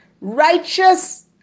Righteous